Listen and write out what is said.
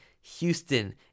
Houston